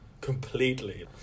completely